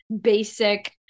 basic